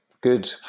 good